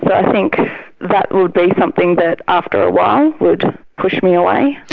i think that will be something that after a while would push me away.